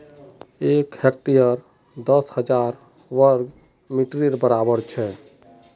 एक हेक्टर दस हजार वर्ग मिटरेर बड़ाबर छे